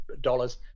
dollars